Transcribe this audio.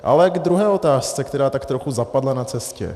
Ale k druhé otázce, která tak trochu zapadla na cestě.